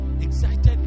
excited